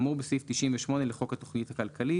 כאמור בסעיף 98 לחוק התכנית הכלכלית.